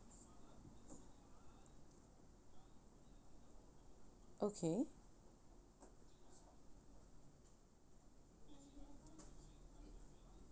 okay